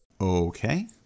Okay